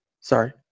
Sorry